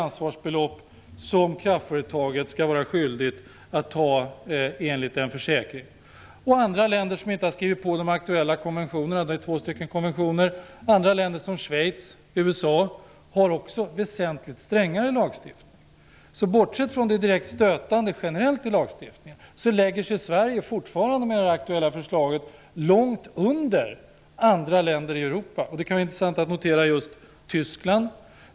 Ansvarsbeloppet är betydligt högre för kraftföretaget. Andra länder som inte har skrivit på de två aktuella konventionerna, som Schweiz och USA, har också väsentligt strängare lagstiftning. Lagstiftningen är generellt direkt stötande. Dessutom lägger sig Sverige fortfarande, med det aktuella förslaget, långt under andra länder i Europa. Det kan vara intressant att notera hur det är i Tyskland.